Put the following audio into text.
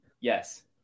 yes